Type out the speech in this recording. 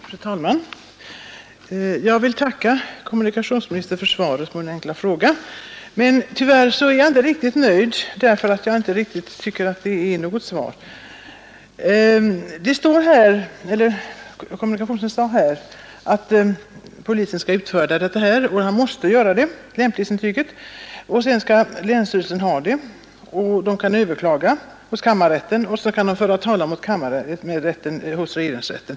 Fru talman! Jag vill tacka kommunikationsministern för svaret på min enkla fråga. Tyvärr är jag inte helt nöjd, därför att jag inte tycker att det är något riktigt svar. Kommunikationsministern sade att polismyndigheten inte kan vägra att utfärda lämplighetsintyg och att länsstyrelsen efter detta utfärdande skall pröva körkortsansökan. Länsstyrelsens beslut kan överklagas hos kammarrätten, och mot kammarrättens beslut kan sökanden föra talan hos regeringsrätten.